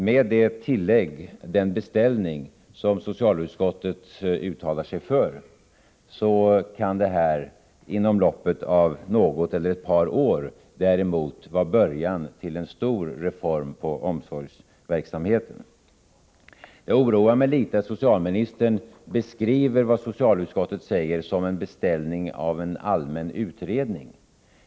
Med detta tillägg, den beställning som socialutskottet uttalar sig för, kan detta däremot inom loppet av något eller ett par år vara början till en stor reform av omsorgsverksamheten. Det oroar mig litet att socialministern beskriver vad socialutskottet säger som en beställning av en allmän utredning.